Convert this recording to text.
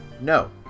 No